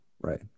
Right